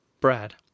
Brad